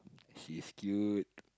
she's cute